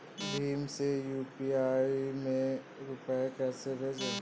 भीम से यू.पी.आई में रूपए कैसे भेजें?